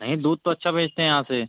नहीं दूध तो अच्छा भेजते यहाँ से